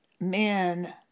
men